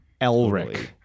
Elric